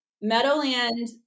Meadowland